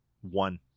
one